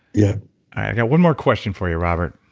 yeah i've got one more question for you, robert